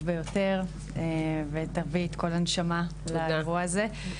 ביותר ותביאי את כל הנשמה לאירוע הזה.